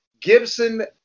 Gibson